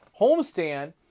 homestand